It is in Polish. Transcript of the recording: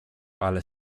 ale